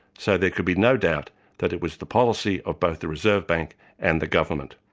so there could be no doubt that it was the policy of both the reserve bank and the government.